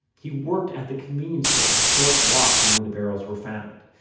he worked at the convenience store a short walk from where the barrels were found.